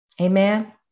Amen